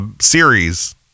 series